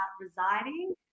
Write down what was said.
residing